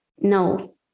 no